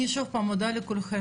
אני שוב פעם מודה לכולכם,